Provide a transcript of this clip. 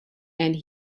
and